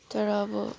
तर अब